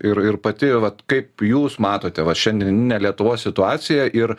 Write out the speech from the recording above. ir ir pati vat kaip jūs matote vat šiandieninė lietuvos situacija ir